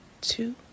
two